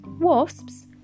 wasps